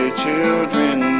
children